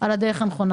על הדרך הנכונה.